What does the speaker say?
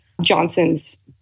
Johnson's